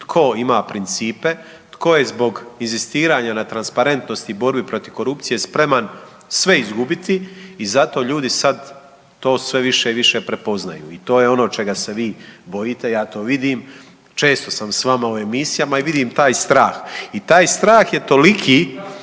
tko ima principe, tko je zbog inzistiranja na transparentnosti i borbi protiv korupcije spreman sve izgubiti i zato ljudi sad to sve više i više prepoznaju i to je ono čega se vi bojite, ja to vidim. Često sam s vama u emisijama i vidim taj strah i taj strah je toliki,